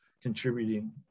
contributing